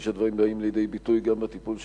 כפי שהדברים באים לידי ביטוי גם בטיפול שלך,